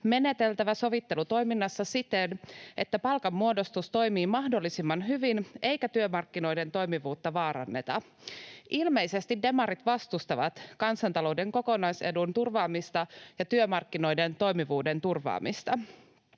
meneteltävä sovittelutoiminnassa siten, että palkanmuodostus toimii mahdollisimman hyvin eikä työmarkkinoiden toimivuutta vaaranneta. Ilmeisesti demarit vastustavat kansantalouden kokonaisedun turvaamista ja työmarkkinoiden toimivuuden turvaamista.